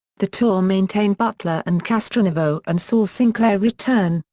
the tour maintained butler and castronovo and saw sinclair return,